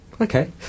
Okay